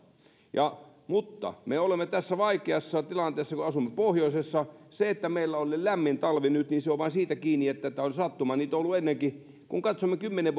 me olemme tässä vaikeassa tilanteessa kun asumme pohjoisessa se että meillä on ollut lämmin talvi nyt on vain sattumasta kiinni niitä on ollut ennenkin kun katsomme kymmenen